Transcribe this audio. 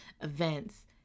events